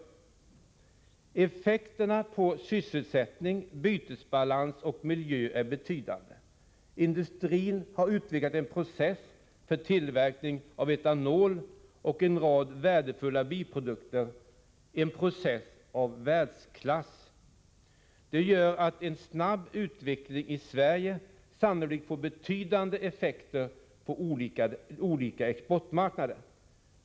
Effekterna på sysselsättning, bytesbalans och miljö är betydande. Industrin har utvecklat en process för tillverkning av etanol och en rad värdefulla biprodukter, en process av världsklass. Det gör att en snabb utveckling i Sverige sannolikt får betydande effekter på olika exportmarknader.